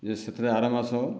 ଯେ ସେଥିରେ ଆର ମାସ